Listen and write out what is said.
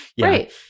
right